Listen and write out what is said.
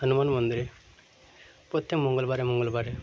হনুমান মন্দিরে প্রত্যেক মঙ্গলবারে মঙ্গলবারে